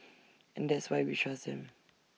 and that's why we trust him